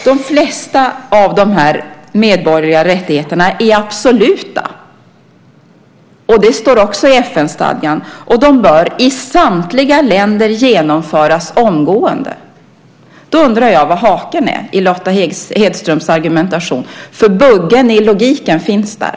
De flesta av de här medborgerliga rättigheterna är absoluta - det står också i FN-stadgan - och bör i samtliga länder genomföras omgående. Därför undrar jag vad haken är i Lotta Hedströms argumentation, för buggen i logiken finns där.